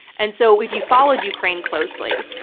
and so if you've followed ukraine closely,